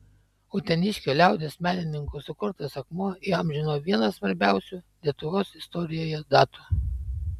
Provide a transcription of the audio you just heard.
uteniškio liaudies menininko sukurtas akmuo įamžino vieną svarbiausių lietuvos istorijoje datų